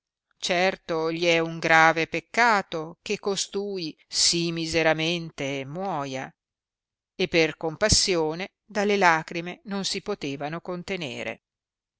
certo gli è un grave peccato che costui si miseramente muoia e per compassione dalle lagrime non si potevano contenere